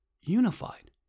unified